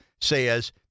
says